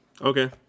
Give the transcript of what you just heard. Okay